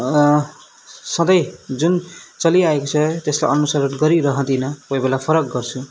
सधैँ जुन चलिआएको छ त्यसको अनुसरण गरिरहँदिनँ कोही बेला फरक गर्छु